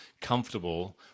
comfortable